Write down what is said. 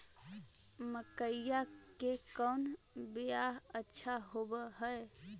मकईया के कौन बियाह अच्छा होव है?